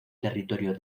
territorio